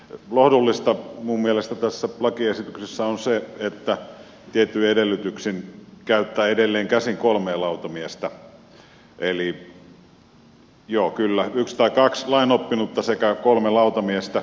lohdullista minun mielestäni tässä lakiesityksessä on se että tietyin edellytyksin käytetään edelleenkäsin kolmea lautamiestä siellä on yksi tai kaksi lainoppinutta sekä kolme lautamiestä